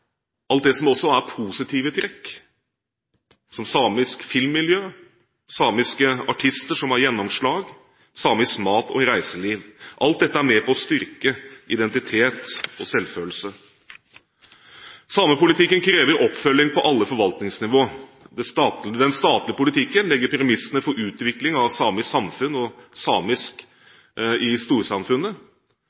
alt det som er positive trekk, som samisk filmmiljø, samiske artister som har gjennomslag, og samisk mat og reiseliv. Alt dette er med på å styrke identitet og selvfølelse. Samepolitikken krever oppfølging på alle forvaltningsnivåer. Den statlige politikken legger premissene for utvikling av samisk samfunn og samisk i storsamfunnet.